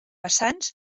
vessants